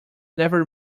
never